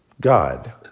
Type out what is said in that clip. God